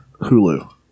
Hulu